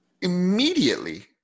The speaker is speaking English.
immediately